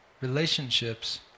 relationships